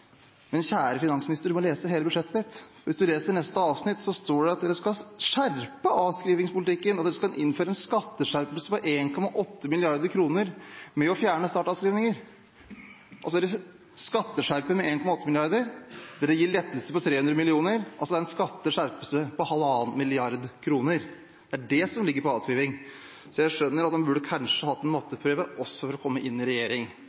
Men kjære finansminister, du må lese hele budsjettet ditt. Hvis man leser neste avsnitt, står det at de skal skjerpe avskrivningspolitikken, at de skal innføre en skatteskjerpelse på 1,8 mrd. kr ved å fjerne startavskrivninger. De skjerper skattene med 1,8 mrd. kr, de gir lettelser på 300 mill. kr – det er altså en skatteskjerpelse på 1,5 mrd. kr. Det er det som ligger på avskrivning. Jeg skjønner at en kanskje også burde hatt en matteprøve for å komme inn i regjering,